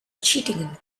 cheating